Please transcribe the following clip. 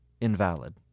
invalid